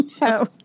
No